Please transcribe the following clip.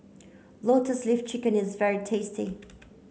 lotus leaf chicken is very tasty